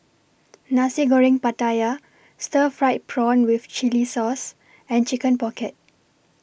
Nasi Goreng Pattaya Stir Fried Prawn with Chili Sauce and Chicken Pocket